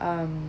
um